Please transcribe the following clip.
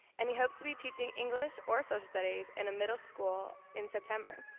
and he hopes to be teaching english or social studies in a middle school in september.